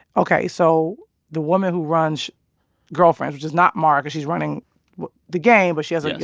ok, so the woman who runs girlfriends, which is not mara because she's running the game, but she has a. yes.